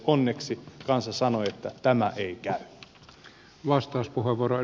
onneksi kansa sanoi että tämä ei käy